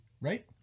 Right